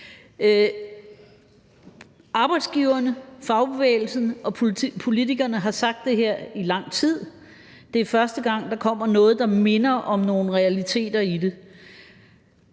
Arbejdsgiverne, fagbevægelsen og politikerne har sagt det her i lang tid, og det er første gang, der kommer noget, der minder om nogle realiteter i det.